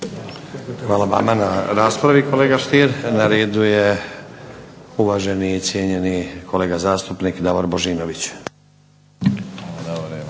Hvala vama na raspravi kolega Stier. Na redu je uvaženi i cijenjeni kolega zastupnik Davor Božinović.